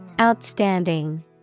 Outstanding